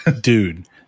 dude